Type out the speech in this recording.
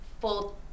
full